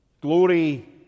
Glory